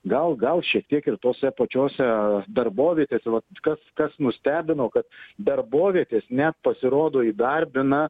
gal gal šiek tiek ir tose pačiose darbovietėse vat kas kas nustebino kad darbovietės ne pasirodo įdarbina